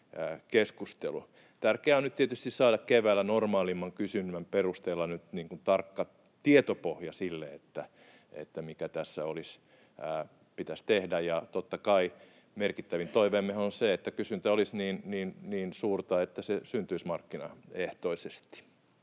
tietysti saada keväällä normaalimman kysynnän perusteella tarkka tietopohja sille, mitä tässä pitäisi tehdä. Totta kai merkittävin toiveemmehan on se, että kysyntä olisi niin suurta, että se syntyisi markkinaehtoisesti